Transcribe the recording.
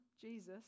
Jesus